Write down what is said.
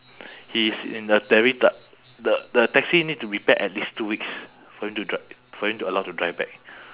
he's in the t~ the the taxi need to repair at least two weeks for him to dri~ for him to allow to drive back